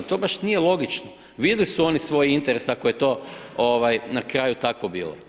To baš nije logično, vidjeli su oni svoje interese, ako je to na kraju tako bilo.